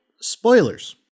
spoilers